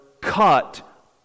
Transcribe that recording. cut